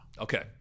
Okay